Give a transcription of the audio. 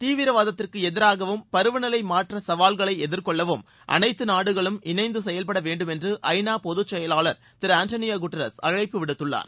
தீவிரவாதத்திற்கு எதிராகவும் பருவ நிலை மாற்ற சகால்களை எதிர்கொள்ளவும் அனைத்து நாடுகளும் இணைந்து செயல்பட வேண்டும் என்று ஐ நா பொதுச் செயலர் திரு ஆண்டனிய குட்ரஸ் அழைப்பு விடுத்துள்ளார்